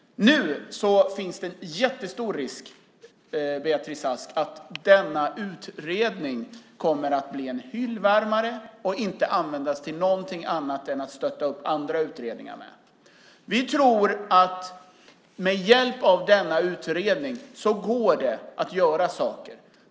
Nu finns det en jättestor risk, Beatrice Ask, att denna utredning kommer att bli en hyllvärmare och inte användas till någonting annat än till att stötta upp andra utredningar. Vi tror att med hjälp av denna utredning går det att göra saker.